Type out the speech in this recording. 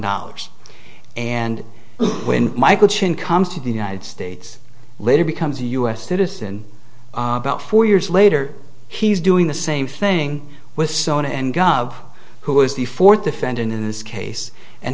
dollars and when michael chin comes to the united states later becomes a u s citizen about four years later he's doing the same thing with sona and gov who was the fourth defendant in this case and